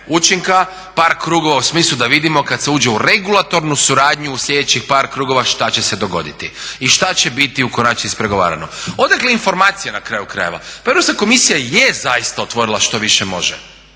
učinka, par krugova u smislu da vidimo kada se uđe u regulatornu suradnju u sljedećih par krugova što će se dogoditi i što će biti u konačnici ispregovarano. Odakle informacija na kraju krajeva? Prvo se komisija je zaista otvorila što više može